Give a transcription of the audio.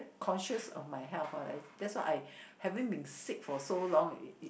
conscious of my health that's why I having been sick for so long